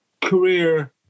career